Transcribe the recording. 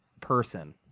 person